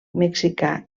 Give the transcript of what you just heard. mexicà